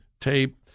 tape